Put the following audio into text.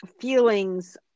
feelings